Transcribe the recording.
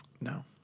No